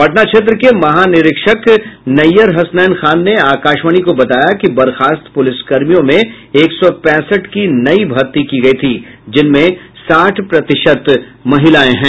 पटना क्षेत्र के महानिरीक्षक नय्यर हसनैन खान ने आकाशवाणी को बताया है कि बर्खास्त पुलिसकर्मियों में एक सौ पैंसठ की नयी भर्ती की गयी थी जिनमें साठ प्रतिशत महिलाएं हैं